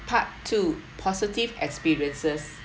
part two positive experiences